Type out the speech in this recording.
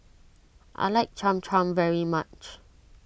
I like Cham Cham very much